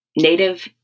Native